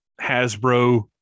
Hasbro